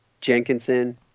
Jenkinson